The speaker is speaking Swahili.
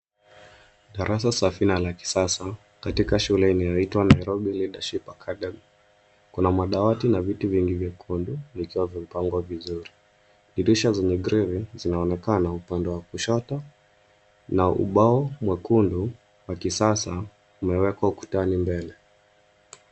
Darasa safi na la kisasa katika shule inayoitwa Nairobi Leadership Academy kuna madawati na viti vingi vyekundu vikiwa vimepangwa vizuri. Dirisha zenye grilli zinaonekana upande wa kushoto na ubao mwekundu wa kisasa umewekwa ukutani mbele.